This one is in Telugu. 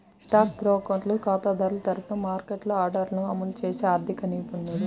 స్టాక్ బ్రోకర్ ఖాతాదారుల తరపున మార్కెట్లో ఆర్డర్లను అమలు చేసే ఆర్థిక నిపుణుడు